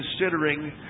considering